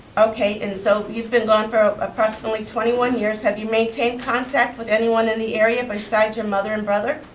okay, and so you've been gone for approximately twenty one years. have you maintained contact with anyone in the area, besides your mother and brother?